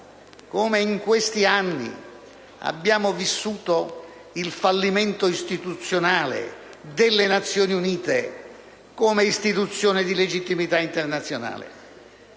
come in questi anni abbiamo vissuto il fallimento istituzionale delle Nazioni Unite come istituzione di legittimità internazionale.